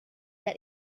that